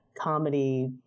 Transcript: comedy